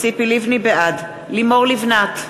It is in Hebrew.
בעד לימור לבנת,